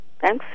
Thanks